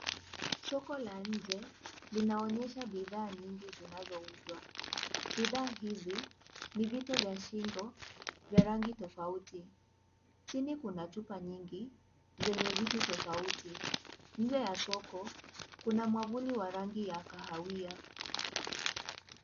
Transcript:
Soko la nje linaonyesha bidhaa nyingi zinazouzwa. Bidhaa hizi ni vitu vya shingo vya rangi tofauti. Chini kuna chupa nyingi zenye vitu tofauti. Nje ya soko kuna mwavuli wa rangi ya kahawia.